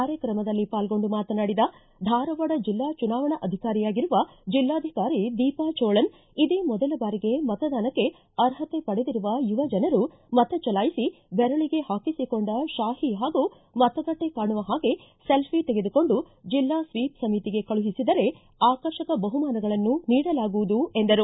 ಕಾರ್ಯಕ್ರಮದಲ್ಲಿ ಪಾಲ್ಗೊಂಡು ಮಾತನಾಡಿದ ಧಾರವಾಡ ಜಿಲ್ಲಾ ಚುನಾವಣಾ ಅಧಿಕಾರಿಯಾಗಿರುವ ಜಿಲ್ಲಾಧಿಕಾರಿ ದೀಪಾ ಚೋಳನ್ ಇದೇ ಮೊದಲ ಬಾರಿಗೆ ಮತದಾನಕ್ಕೆ ಅರ್ಹತೆ ಪಡೆದಿರುವ ಯುವಜನರು ಮತಚಲಾಯಿಸಿ ಬೆರಳಿಗೆ ಹಾಕಿಸಿಕೊಂಡ ಶಾಹಿ ಹಾಗೂ ಮತಗಟ್ಟೆ ಕಾಣುವ ಹಾಗೆ ಸೆಲ್ಲಿ ತೆಗೆದುಕೊಂಡು ಜಿಲ್ಲಾ ಸ್ವೀಪ್ ಸಮಿತಿಗೆ ಕಳುಹಿಸಿದರೆ ಆಕರ್ಷಕ ಬಹುಮಾನಗಳನ್ನು ನೀಡಲಾಗುವುದು ಎಂದರು